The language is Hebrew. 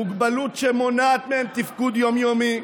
עם מוגבלות שמונעת מהם תפקוד יום-יומי,